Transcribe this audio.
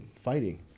fighting